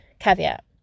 Caveat